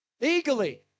Eagerly